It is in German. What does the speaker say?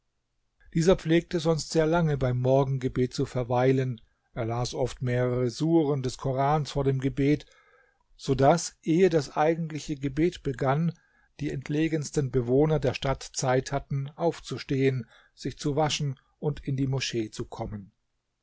dieser pflegte sonst sehr lange beim morgengebet zu verweilen er las oft mehrere suren des korans vor dem gebet so daß ehe das eigentliche gebet begann die entlegensten bewohner der stadt zeit hatten aufzustehen sich zu waschen und in die moschee zu kommen